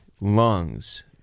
lungs